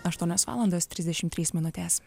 aštuonios valandos trisdešim trys minutės